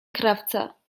krawca